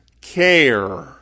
care